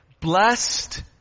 Blessed